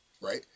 right